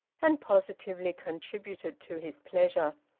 and positively contributed to his pleasure.